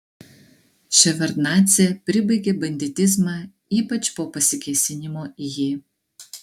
ševardnadzė pribaigė banditizmą ypač po pasikėsinimo į jį